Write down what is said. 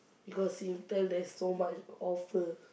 because Singtel there's so much offer